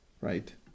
right